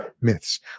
myths